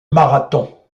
marathon